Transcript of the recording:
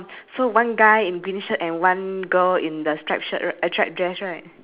oh okay you can circle that already that's the difference cause I don't have any of that words